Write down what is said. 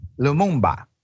Lumumba